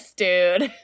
dude